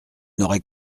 n’aurait